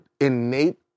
innate